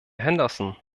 henderson